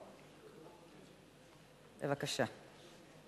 בבקשה.